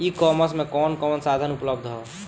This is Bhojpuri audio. ई कॉमर्स में कवन कवन साधन उपलब्ध ह?